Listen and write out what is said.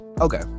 Okay